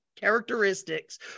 characteristics